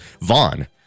Vaughn